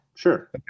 Sure